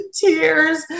tears